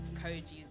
Koji's